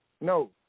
No